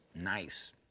nice